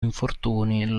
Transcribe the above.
infortuni